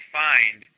find